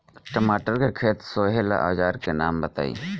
टमाटर के खेत सोहेला औजर के नाम बताई?